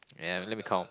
ya let me count